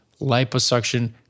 liposuction